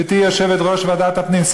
גברתי יושבת-ראש ועדת הפנים,